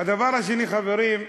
הדבר השני, חברים,